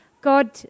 God